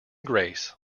grace